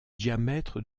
diamètre